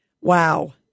Wow